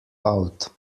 out